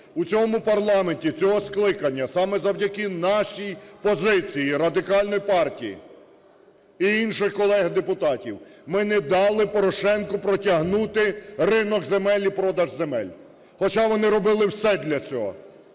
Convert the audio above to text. В цьому парламенті, цього скликання, саме завдяки нашій позиції, Радикальної партії і інших колег депутатів, ми не дали Порошенку протягнути ринок земельний, продаж земель, хоча вони робили все для цього,